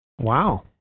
Wow